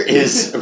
is-